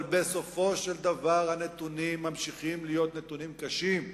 אבל בסופו של דבר הנתונים ממשיכים להיות נתונים קשים,